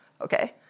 okay